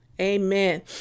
Amen